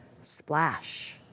Splash